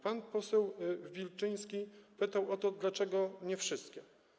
Pan poseł Wilczyński pytał o to, dlaczego nie wszystkie.